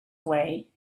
way